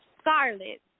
scarlet